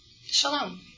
Shalom